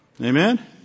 Amen